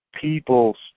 people's